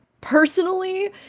personally